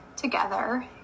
together